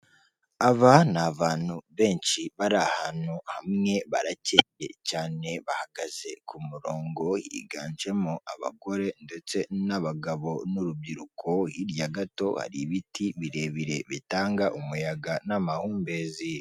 Aba ni abantu benshi bari ahantu hamwe barakenye cyane bahagaze ku murongo higanjemo abagore ndetse n'abagabo n'urubyiruko, hirya gato hari ibiti birebire bitanga umuyaga n'amahumbezi.